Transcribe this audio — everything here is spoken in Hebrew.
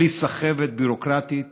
בלי סחבת ביורוקרטית